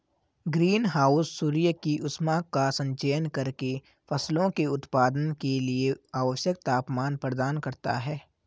green house सूर्य की ऊष्मा का संचयन करके फसलों के उत्पादन के लिए आवश्यक तापमान प्रदान करता है